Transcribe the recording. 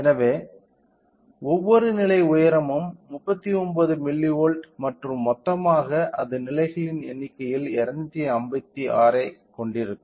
எனவே ஒவ்வொரு நிலை உயரமும் 39 மில்லிவோல்ட் மற்றும் மொத்தமாக அது நிலைகளின் எண்ணிக்கையில் 256 ஐக் கொண்டிருக்கும்